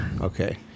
Okay